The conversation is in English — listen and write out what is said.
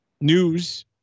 news